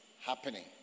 happening